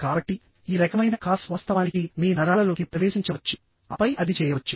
కాబట్టి ఈ రకమైన కాల్స్ వాస్తవానికి మీ నరాలలోకి ప్రవేశించవచ్చు ఆపై అది చేయవచ్చు